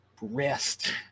rest